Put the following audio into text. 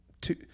two